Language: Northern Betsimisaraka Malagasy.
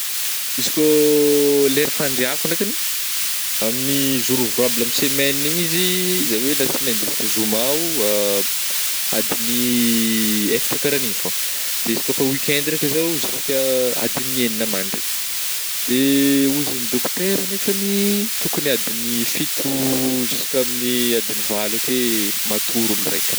Izy kô lera fandriako ndraikagny amin'ny jour ouvrable amin'ny semaine igny izy zany hoe latsinaigny ziska zoma oh adigny efatra ka raha igny fô, izy koa refa weekend raika zao jusqu’à adign'ny enina ah mandry eh, de ozy ny dokotera nefagny tokony adign'ny fito ziska amin'ny adign'ny valo akeo matory olo raika.